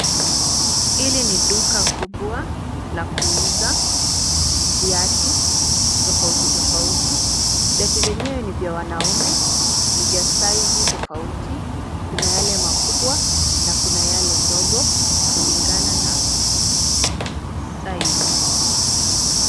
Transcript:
Hili ni duka kubwa la kuuza viatu tofauti tofauti. Viatu vyenyewe ni vya wanaume ni vya saizi tofauti, kuna yale makubwa na kuna yale ndogo kulingana na saizi.